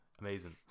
amazing